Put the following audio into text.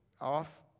Off